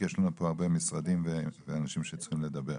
כי יש לנו פה הרבה משרדים ואנשים שצריכים לדבר.